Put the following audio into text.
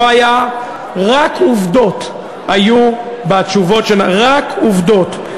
לא היה, רק עובדות היו בתשובות, רק עובדות.